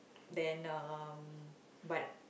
then um but